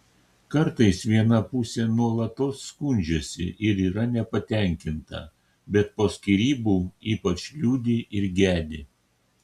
kartais viena pusė nuolatos skundžiasi ir yra nepatenkinta bet po skyrybų ypač liūdi ir gedi